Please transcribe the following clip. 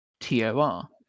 T-O-R